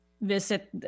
visit